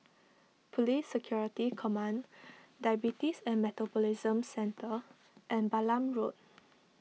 Police Security Command Diabetes and Metabolism Centre and Balam Road